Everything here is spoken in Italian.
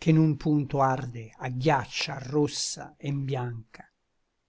che n un punto arde agghiaccia arrossa e nbianca